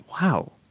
wow